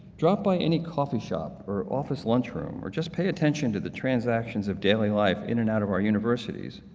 drop by any coffee shop or office lunch room or just pay attention to the transactions of daily life in and out of our universities,